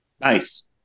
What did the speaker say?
Nice